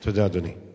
תודה, אדוני.